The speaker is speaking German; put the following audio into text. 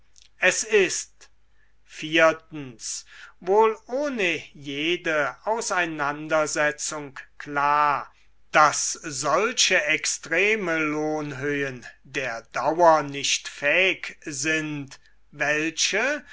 es ist wohl ohne jede auseinandersetzung klar daß solche extreme lohnhöhen der dauer nicht fähig sind welche